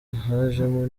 hajemo